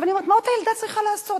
עכשיו אני אומרת: מה אותה ילדה צריכה לעשות?